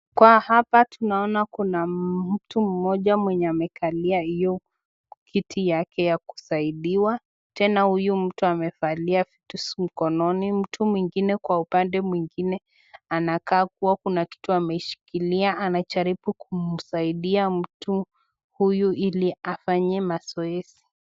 Kwa hapa tunaona kuna mtu mmoja mwenye amekalia hiyo kiti yake ya kusaidiwa. Tena huyu mtu amevalia vitusi mkononi. Ni mtu mwingine kwa upande mwingine anakaa kua kuna kitu ameishikilia anajaribu kumsaidia mtu huyu ili afanye mazoezi.